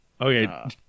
okay